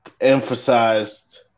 emphasized